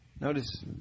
Notice